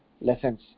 lessons